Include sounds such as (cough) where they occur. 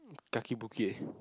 Kaki-Bukit (breath)